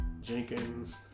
Jenkins